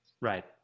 Right